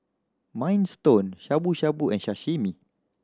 Minestrone Shabu Shabu and Sashimi